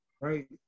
right